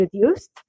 reduced